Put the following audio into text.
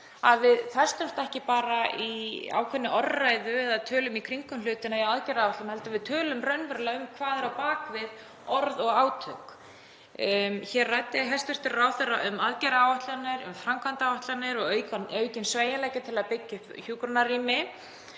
að við festumst ekki bara í ákveðinni orðræðu eða tölum í kringum hlutina í aðgerðaáætlun heldur tölum raunverulega um hvað er á bak við orð og átök. Hér ræddi hæstv. ráðherra um aðgerðaáætlanir, um framkvæmdaáætlanir og aukinn sveigjanleika til að byggja upp hjúkrunarrými,